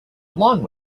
along